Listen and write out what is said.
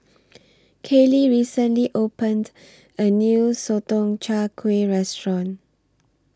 Kayley recently opened A New Sotong Char Kway Restaurant